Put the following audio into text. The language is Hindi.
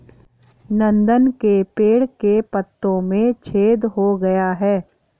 नंदन के पेड़ के पत्तों में छेद हो गया है